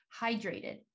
hydrated